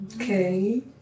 Okay